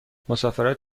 مسافرت